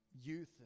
youth